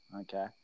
Okay